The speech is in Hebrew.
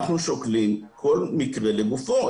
אנחנו שוקלים כל מקרה לגופו.